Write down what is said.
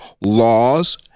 laws